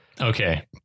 okay